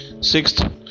sixth